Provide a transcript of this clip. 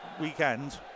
weekend